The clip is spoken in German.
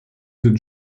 sind